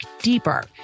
deeper